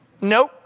Nope